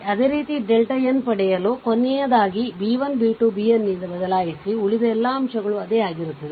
ಅದೇ ರೀತಿ delta n ನ್ನು ಪಡೆಯಲು ಕೊನೆಯದಾಗಿ b 1 b 2ಮತ್ತು bn ನಿಂದ ಬದಲಾಯಿಸಿ ಉಳಿದ ಎಲ್ಲಾ ಅಂಶಗಳು ಅದೇ ಆಗಿರುತ್ತವೆ